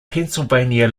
pennsylvania